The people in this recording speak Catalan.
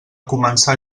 començar